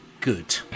good